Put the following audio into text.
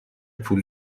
پول